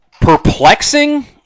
perplexing